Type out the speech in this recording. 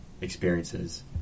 experiences